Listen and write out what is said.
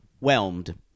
whelmed